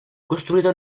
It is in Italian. costruito